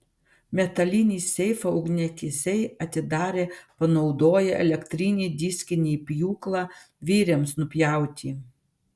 metalinį seifą ugniagesiai atidarė panaudoję elektrinį diskinį pjūklą vyriams nupjauti